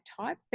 type